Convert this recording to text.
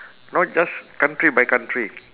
not just country by country